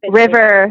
river